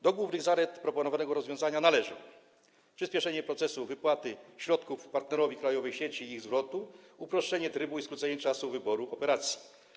Do głównych zalet proponowanego rozwiązania należą: przyspieszenie procesu wypłaty środków partnerowi krajowej sieci i ich zwrotu oraz uproszczenie trybu i skrócenie czasu wyboru operacji.